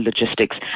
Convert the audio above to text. logistics